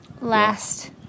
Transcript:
last